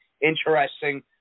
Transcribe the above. interesting